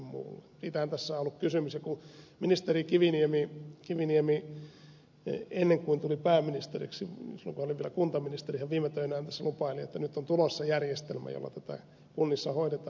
siitähän tässä on ollut kysymys ja ministeri kiviniemi ennen kuin tuli pääministeriksi silloin kun hän oli vielä kuntaministeri viime töinään tässä lupaili että nyt on tulossa järjestelmä jolla tätä kunnissa hoidetaan